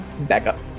backup